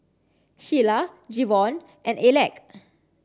Sheilah Jevon and Aleck